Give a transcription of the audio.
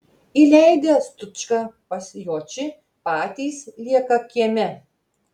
įleidę stučką pas jočį patys lieka kieme